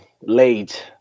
Late